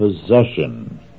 possession